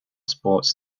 sports